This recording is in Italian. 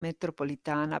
metropolitana